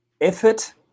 effort